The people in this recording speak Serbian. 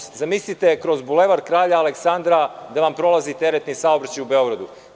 Zamislite da vam kroz Bulevar Kralja Aleksandra prolazi teretni saobraćaj u Beogradu.